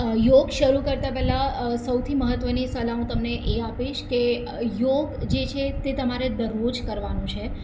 યોગ શરૂ કરતાં પહેલાં સૌથી મહત્ત્વની સલાહ હું તમને એ આપીશ કે યોગ જે છે તે તમારે દરરોજ કરવાનો છે